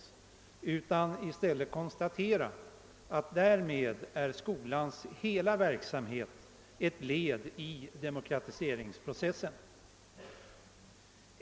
I stället kan man konstatera att därmed skolans hela verksamhet är ett led i demokratiseringsprocessen.